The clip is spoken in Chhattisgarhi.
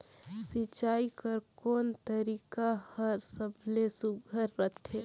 सिंचाई कर कोन तरीका हर सबले सुघ्घर रथे?